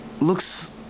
Looks